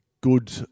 good